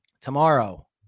tomorrow